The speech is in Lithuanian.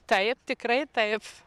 taip tikrai taip